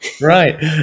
Right